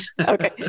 Okay